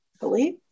believe